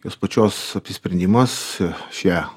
jos pačios apsisprendimas aš ją